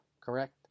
Correct